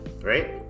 right